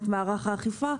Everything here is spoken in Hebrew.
את מערך האכיפה,